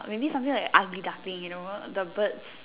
maybe something like an ugly duckling you know the birds